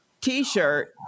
t-shirt